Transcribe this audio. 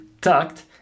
tucked